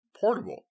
portable